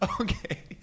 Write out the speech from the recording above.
Okay